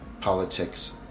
politics